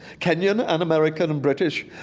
kenyan, and american, and british,